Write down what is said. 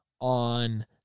on